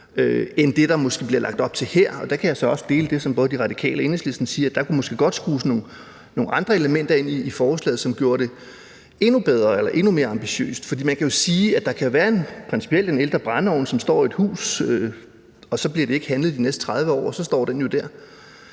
end det, der måske bliver lagt op til her. Og der kan jeg så også dele det, som både De Radikale og Enhedslisten siger, altså at der måske godt kunne skrives nogle andre elementer ind i forslaget, som gjorde det endnu bedre eller endnu mere ambitiøst. For man kan jo sige, at der principielt kan være en ældre brændeovn, som står i et hus, som så ikke bliver handlet de næste 30 år. Og så står den jo der,